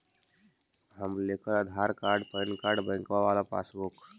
हम लेकर Aadhaar card PAN card बैंकवा वाला पासबुक?